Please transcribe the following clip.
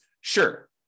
Sure